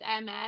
MS